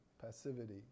passivity